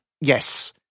Yes